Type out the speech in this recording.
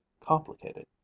complicated